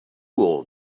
all